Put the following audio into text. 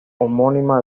homónima